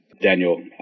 Daniel